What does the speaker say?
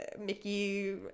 Mickey